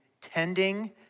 tending